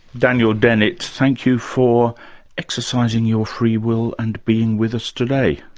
daniel dennett, thank you for exercising your free will and being with us today.